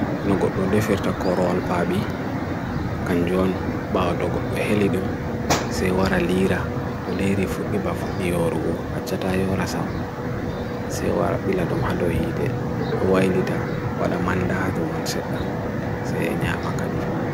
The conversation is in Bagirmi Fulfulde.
nogot do deferta korwal pabi kanjon baot do got do helidum sewara liira do liiri futgiba futgio roo achata yo rasam sewara bilalum hado hii te to wa ilita wada manda to manse da se nyama kadi